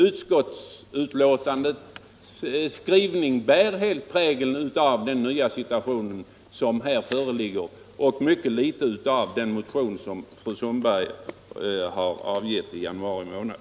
Utskottsbetänkandets skrivning bär helt prägeln av den nya situation som här föreligger och alltså mycket litet av den motion som fru Sundberg och fru Mogård väckte i januari månad.